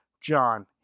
John